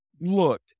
look